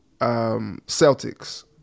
Celtics